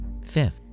Fifth